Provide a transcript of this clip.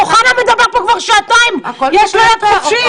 אוחנה מדבר פה כבר שעתיים, יש לו יד חופשית.